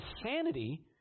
insanity